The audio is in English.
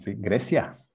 Grecia